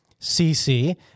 CC